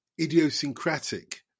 idiosyncratic